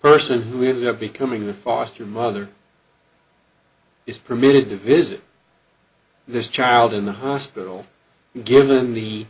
person who lives of becoming a foster mother is permitted to visit this child in the hospital given the